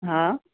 हा